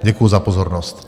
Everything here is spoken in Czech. Děkuji za pozornost.